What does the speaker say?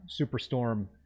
Superstorm